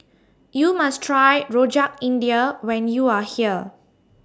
YOU must Try Rojak India when YOU Are here